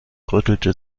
rüttelte